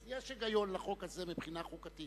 יש היגיון לחוק הזה מבחינה חוקתית.